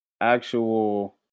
actual